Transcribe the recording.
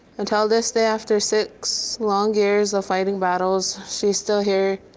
until this day, after six long years of fighting battles, she's still here.